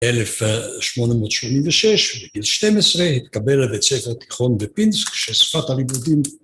1886, בגיל 12, התקבל לבית ספר תיכון בפינסק, ששפת הלימודים...